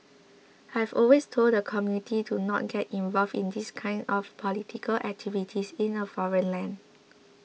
I've always told the community to not get involved in these kinds of political activities in a foreign land